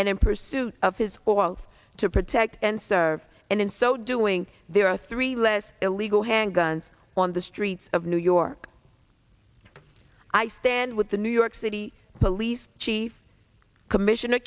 and in pursuit of his wealth to protect and serve and in so doing there are three less illegal handguns on the streets of new york i stand with the new york city police chief commissioner